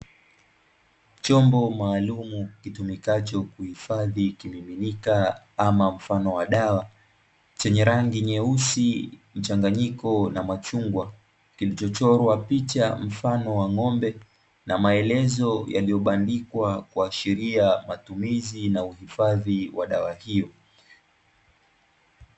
Chombo maalumu kitumikacho kuhifadhi kimiminika ama mfano wa dawa, chenye rangi nyeusi mchanganyiko na machungwa, kilicho chorwa picha mfano wa ng'ombe na maelezo yaliyobandikwa kuashiria matumizi na uhifadhi wa dawa hiyo.